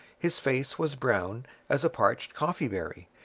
his face was brown as a parched coffee-berry,